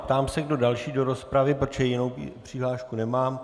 Ptám se, kdo další do rozpravy, protože jinou přihlášku nemám.